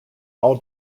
all